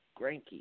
Granky